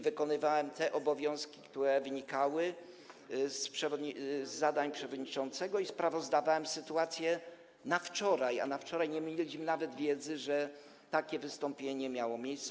Wykonywałem te obowiązki, które wynikały z zadań przewodniczącego, i sprawozdawałem sytuację na wczoraj, a na wczoraj nie mieliśmy nawet wiedzy, że takie wystąpienie miało miejsce.